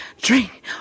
drink